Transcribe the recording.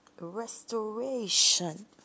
restoration